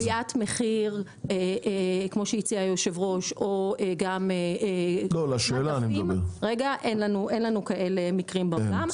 להצעות של קביעת מחיר כמו שהציע היושב-ראש אין לנו כאלה מקרי בוחן.